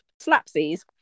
slapsies